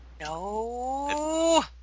No